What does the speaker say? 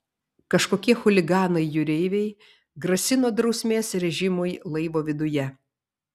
kažkokie chuliganai jūreiviai grasino drausmės režimui laivo viduje